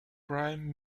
prime